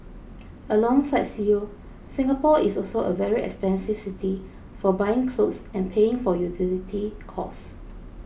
alongside Seoul Singapore is also a very expensive city for buying clothes and paying for utility costs